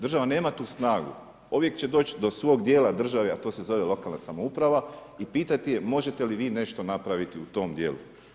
Država nema tu snagu, uvijek će doći do svog dijela države, a to se zove lokalna samouprava i pitati je možete li vi nešto napraviti u tom dijelu.